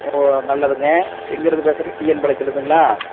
ஓ நல்லதுங்க எங்கேருந்து பேசுறீங்க டிஎன் பாளையத்துலேருந்துங்களா